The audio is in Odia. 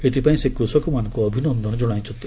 ଏଥିପାଇଁ ସେ କୃଷକମାନଙ୍କୁ ଅଭିନନ୍ଦନ ଜଣାଇଛନ୍ତି